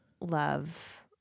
love